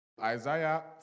Isaiah